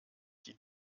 die